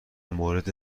مورد